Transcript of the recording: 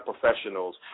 professionals